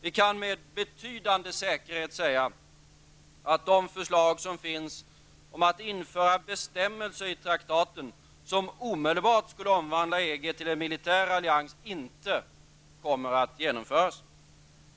Vi kan med betydande säkerhet säga att det förslag som finns om att införa bestämmelser i traktaten som omedelbart skulle omvandla EG till en militär allians inte kommer att genomföras.